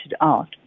out